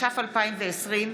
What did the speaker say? התש"ף 2020,